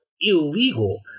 illegal